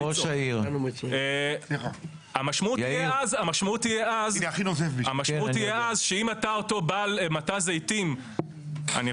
אדוני ראש העיר --- המשמעות תהיה אז שאם אותו בעל מטע זיתים -- אנחנו